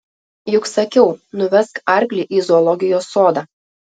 juk sakiau nuvesk arklį į zoologijos sodą